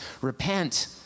repent